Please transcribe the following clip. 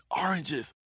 oranges